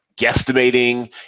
guesstimating